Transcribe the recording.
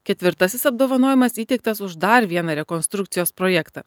ketvirtasis apdovanojimas įteiktas už dar vieną rekonstrukcijos projektą